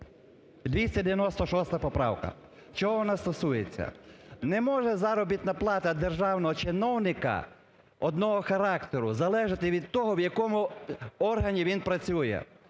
296 поправка. Чого вона стосується? Не може заробітна плата державного чиновника одного характеру залежати від того, в якому органі він працює.